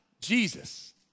Jesus